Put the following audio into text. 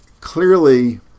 clearly